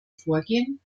vorgehen